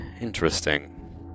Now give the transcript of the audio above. Interesting